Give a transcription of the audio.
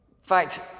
fact